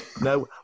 No